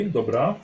dobra